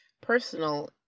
personal